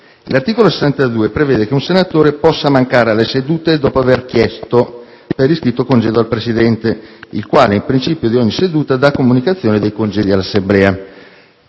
Regolamento prevede che: «Un Senatore può mancare alle sedute dopo aver chiesto per iscritto congedo al Presidente, il quale, in principio di ogni seduta, dà comunicazione dei congedi all'Assemblea».